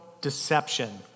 deception